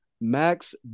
Max